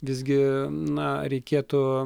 visgi na reikėtų